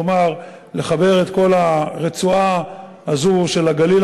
כלומר לחבר את כל הרצועה הזאת של הגליל